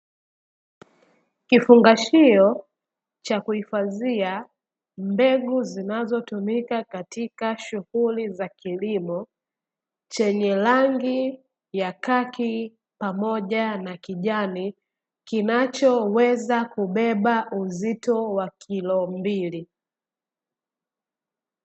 Kifungashio cha kuhifadhia mbegu zinazotumika katika shughuli za kilimo, chenye rangi ya kaki pamoja na kijani kinachoweza kubeba uzito wa kilo mbili.